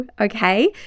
Okay